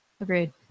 Agreed